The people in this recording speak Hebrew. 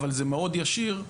אבל זה מאוד ישיר,